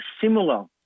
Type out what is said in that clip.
similar